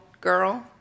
girl